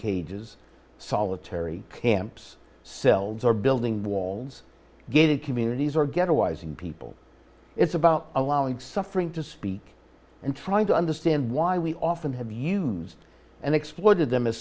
cages solitary camps cells or building walls gated communities or get a wising people it's about allowing suffering to speak and trying to understand why we often have used and exploited them a